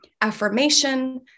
affirmation